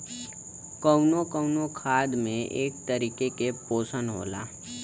कउनो कउनो खाद में एक तरीके के पोशन होला